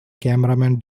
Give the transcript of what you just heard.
cameraman